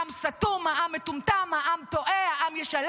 העם סתום, העם מטומטם, העם טועה, העם ישלם.